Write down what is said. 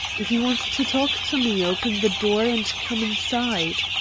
if you want to talk to me, open the door and come inside.